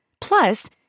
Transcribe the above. Plus